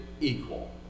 equal